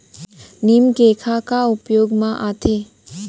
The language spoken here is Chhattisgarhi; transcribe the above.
नीम केक ह का उपयोग मा आथे?